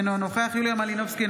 אינו נוכח יוליה מלינובסקי,